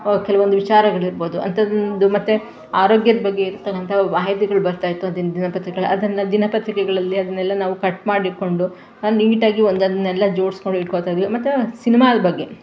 ಕೆಲವೊಂದು ವಿಚಾರಗಳಿರ್ಬೋದು ಅಂಥದೊಂದು ಮತ್ತು ಆರೋಗ್ಯದ ಬಗ್ಗೆ ಇರ್ತಕ್ಕಂಥ ಮಾಹಿತಿಗಳು ಬರ್ತಾಯಿತ್ತು ದಿನ ದಿನಪತ್ರಿಕೆಗಳಲ್ಲಿ ಅದನ್ನು ದಿನಪತ್ರಿಕೆಗಳಲ್ಲಿ ಅದನ್ನೆಲ್ಲ ನಾವು ಕಟ್ಮಾಡಿಟ್ಕೊಂಡು ಅದನ್ನು ನೀಟಾಗಿ ಒಂದೊಂದನ್ನೆಲ್ಲ ಜೋಡಿಸ್ಕೊಂಡಿಟ್ಕೊತಾಯಿದ್ವಿ ಮತ್ತು ಸಿನಿಮಾದ ಬಗ್ಗೆ